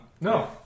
No